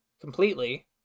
completely